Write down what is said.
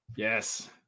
Yes